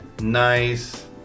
nice